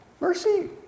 mercy